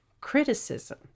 criticism